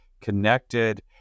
connected